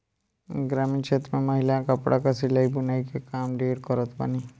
ग्रामीण क्षेत्र में महिलायें कपड़ा कअ सिलाई बुनाई के काम ढेर करत बानी